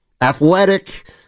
athletic